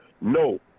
No